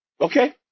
Okay